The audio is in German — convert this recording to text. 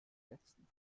letzten